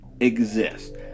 exist